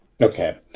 Okay